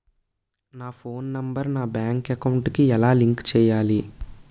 నా phone number నా bank account కి ఎలా లింక్ చేయాలి?